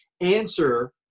answer